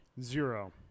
zero